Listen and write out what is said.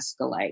escalate